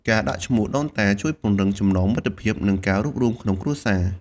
ការដាក់ឈ្មោះដូនតាជួយពង្រឹងចំណងមិត្តភាព និងការរួបរួមក្នុងគ្រួសារ។